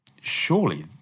surely